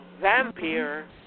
Vampire